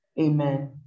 Amen